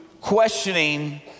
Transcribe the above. questioning